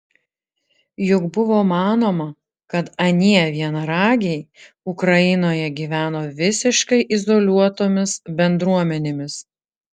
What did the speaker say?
juk buvo manoma kad anie vienaragiai ukrainoje gyveno visiškai izoliuotomis bendruomenėmis